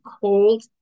cold